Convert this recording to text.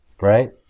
right